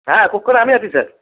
হ্যাঁ কোক্কারে আমি আছি স্যার